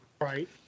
Right